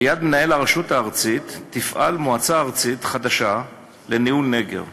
ליד מנהל הרשות הארצית תפעל מועצה ארצית חדשה לניהול נגר,